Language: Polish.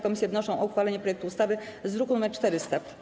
Komisje wnoszą o uchwalenie projektu ustawy z druku nr 400.